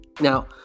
Now